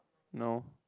no